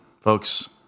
folks